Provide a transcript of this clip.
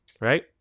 right